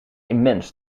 immens